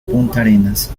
puntarenas